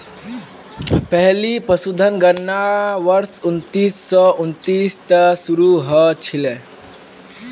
पहली पशुधन गणना वर्ष उन्नीस सौ उन्नीस त शुरू हल छिले